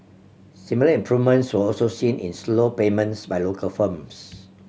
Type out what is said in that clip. similar improvements were also seen in slow payments by local firms